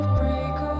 break